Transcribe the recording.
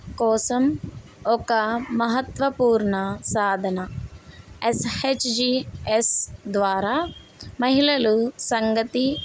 కోసం ఒక మహాత్వపూర్ణ సాధన ఎస్హెచ్జిస్ ద్వారా మహిళలు సంగతి